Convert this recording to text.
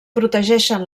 protegeixen